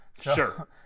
Sure